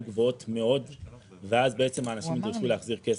גבוהות מאוד ואז בעצם אנשים נדרשו להחזיר כסף.